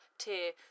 tier